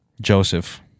Joseph